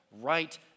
right